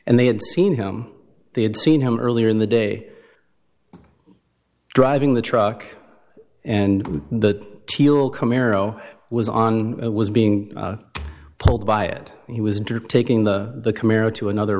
and they had seen him they had seen him earlier in the day driving the truck and the teal camaro was on was being pulled by it he was taking the camaro to another